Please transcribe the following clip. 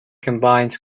combines